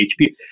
HP